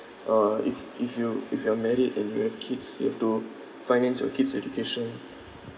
uh if if you if you're married and you have kids you have to finance your kids' education